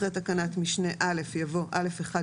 אחרי תקנת משנה א' יבוא "..א/1.